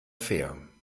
fair